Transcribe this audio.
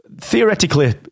theoretically